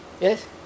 Yes